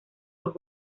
los